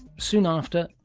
soon after,